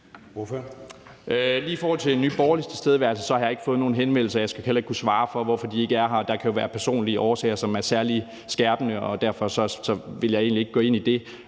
Lige i forhold til Nye Borgerliges tilstedeværelse har jeg ikke fået nogen henvendelse, og jeg skal heller ikke kunne svare på, hvorfor de ikke er her. Der kan jo være personlige årsager, som er særlig tungtvejende, og derfor vil jeg egentlig ikke gå ind i det.